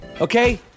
okay